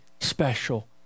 special